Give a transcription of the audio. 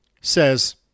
says